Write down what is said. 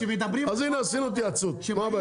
עשינו התייעצות, מה הבעיה?